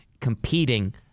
competing